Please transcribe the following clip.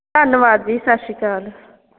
ਧੰਨਵਾਦ ਜੀ ਸਤਿ ਸ਼੍ਰੀ ਅਕਾਲ